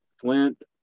Flint